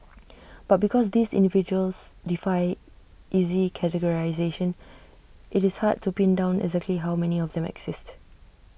but because these individuals defy easy categorisation IT is hard to pin down exactly how many of them exist